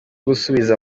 gusubiza